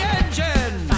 engine